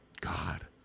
God